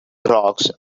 rocks